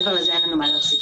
מעבר לזה אין לנו מה להוסיף.